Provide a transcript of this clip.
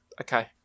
okay